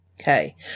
Okay